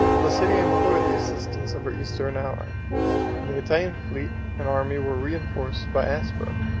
placidia implored the assistance of her eastern ally and the italian fleet and army were reenforced by asper,